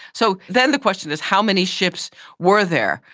so then the question is how many ships were there?